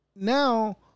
Now